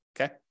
okay